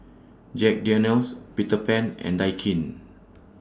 Jack Daniel's Peter Pan and Daikin